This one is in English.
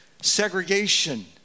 segregation